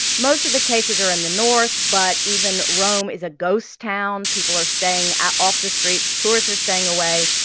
most of the cases are in the north, but even rome is a ghost town. people are staying off the streets. tourists are staying away.